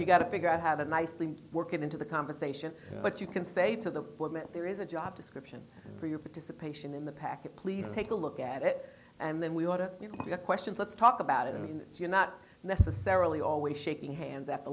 you got to figure out how the nicely work into the conversation but you can say to the woman there is a job description for your participation in the packet please take a look at it and then we've got it you can if you have questions let's talk about it i mean you're not necessarily always shaking hands at the